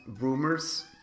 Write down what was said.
rumors